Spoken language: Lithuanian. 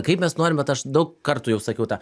kaip mes norim vat aš daug kartų jau sakiau tą